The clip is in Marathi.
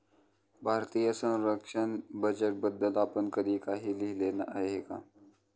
भारतीय संरक्षण बजेटबद्दल आपण कधी काही लिहिले आहे का?